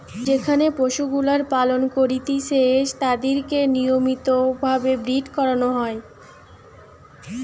যেখানে পশুগুলার পালন করতিছে তাদিরকে নিয়মিত ভাবে ব্রীড করানো হয়